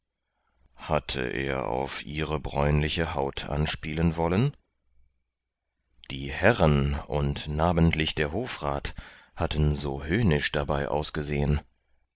hatte er auf ihre bräunliche haut anspielen wollen die herren und namentlich der hofrat hatten so höhnisch dabei ausgesehen